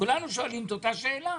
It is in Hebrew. כולנו שואלים את אותה שאלה.